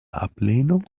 ablehnung